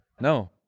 No